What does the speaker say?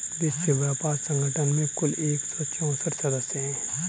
विश्व व्यापार संगठन में कुल एक सौ चौसठ सदस्य हैं